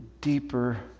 deeper